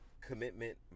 commitment